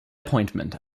appointment